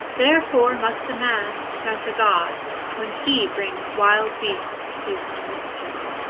therefore must man turn to god when he brings wild beasts to do him a mischief